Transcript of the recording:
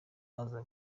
aza